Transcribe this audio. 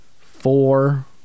four